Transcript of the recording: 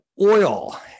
oil